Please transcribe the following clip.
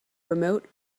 remote